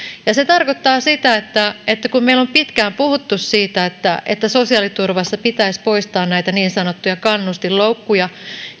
ja se tarkoittaa sitä että että vaikka meillä on pitkään puhuttu siitä että että sosiaaliturvassa pitäisi poistaa näitä niin sanottuja kannustinloukkuja